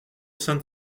saint